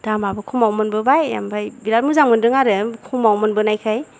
दामाबो खमावनो मोनबोबाय ओमफाय बिराद मोजां मोनदों आरो खमावनो मोनबोनायखाय